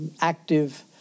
active